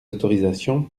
autorisations